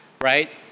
right